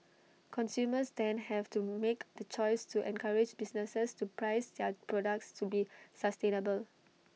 consumers then have to make the choice to encourage businesses to price their products to be sustainable